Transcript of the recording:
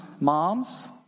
moms